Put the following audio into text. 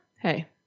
hey